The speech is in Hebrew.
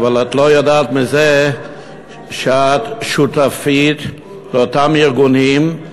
אבל את לא יודעת שאת שותפה לאותם הארגונים,